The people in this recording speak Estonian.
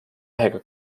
mehega